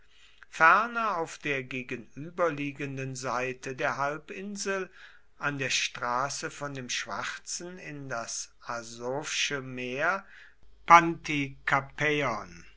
ferner auf der gegenüberliegenden seite der halbinsel an der straße von dem schwarzen in das asowsche meer